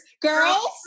Girls